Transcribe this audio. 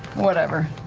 whatever.